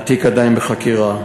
התיק עדיין בחקירה.